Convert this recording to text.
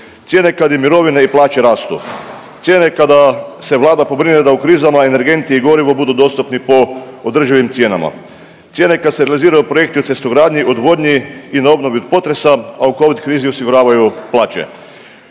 cijene kad im mirovine i plaće rastu, cijene kada se Vlada pobrine da u krizama energenti i gorivo budu dostupni po održivim cijenama, cijene kad se realiziraju projekti u cestogradnji, odvodnji i na obnovi od potresa, a u covid krizi osiguravaju plaće,